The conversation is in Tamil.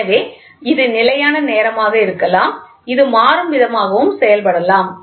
எனவே இது நிலையான நேரமாக இருக்கலாம் இது மாறும் விதமாகவும் செய்யப்படலாம்